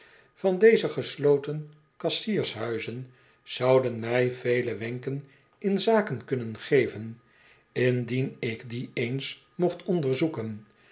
van deze gesloten kassiershuizen zouden mij vele wenken in zaken kunnen geven indien ik die eens mocht onderzoeken